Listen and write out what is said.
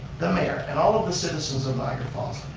the mayor, and all of the citizens of niagara falls,